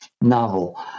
novel